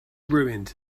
ruined